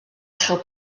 chael